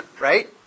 right